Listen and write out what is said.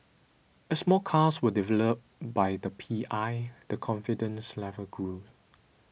as more cars were delivered by the P I the confidence level grew